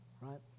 right